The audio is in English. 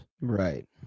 right